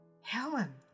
Helen